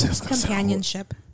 Companionship